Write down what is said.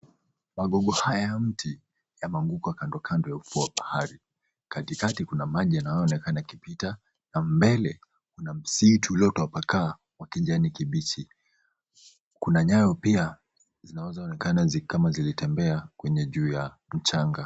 Magogo haya ya mti yameanguka kando kando ya ufuo wa bahari. Katikati kuna maji yanaonekana kupita na mbele kuna msitu uliotapakaa wa kijani kibichi. Kuna nyayo pia zinazoonekana kama zilitembea kwenye juu ya mchanga.